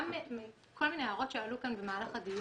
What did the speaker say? גם מכל מיני הערות שעלו כאן במהלך הדיון,